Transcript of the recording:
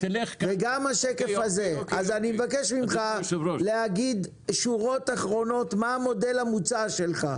אני מבקש ממך להגיד בשורה תחתונה מה המודל המוצע שלך?